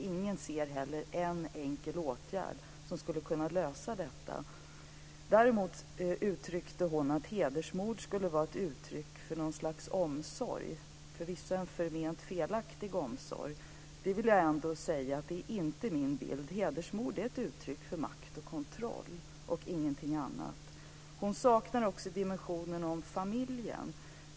Ingen ser heller en enkel åtgärd som skulle kunna lösa den. Maria Larsson uttryckte att hedersmord skulle vara ett uttryck för något slags omsorg, förvisso en förment felaktig omsorg. Det är inte min bild. Hedersmord är ett uttryck för makt och kontroll. Ingenting annat. Maria Larsson saknar dimensionen familjen.